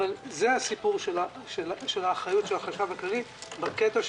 אבל זה הסיפור של האחריות של החשב הכללי במשוואה: